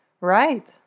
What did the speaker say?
right